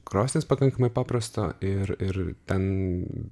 krosnis pakankamai paprasta ir ir ten